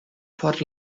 por